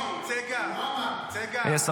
לא הוא